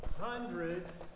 hundreds